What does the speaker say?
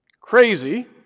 Crazy